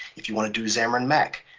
if you want to do xamarin mac,